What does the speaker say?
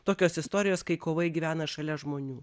tokios istorijos kai kovai gyvena šalia žmonių